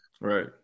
Right